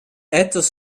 etwas